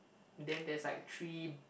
then there's like three